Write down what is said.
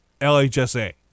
LHSA